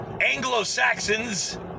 Anglo-Saxons